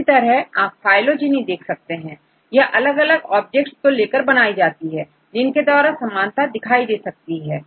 इसी तरह से आप फाइलोजेनी देख सकते हैंयह अलग अलग ऑब्जेक्ट्स को लेकर बनाई जाती है जिनके द्वारा समानता दिखाई दे सकती है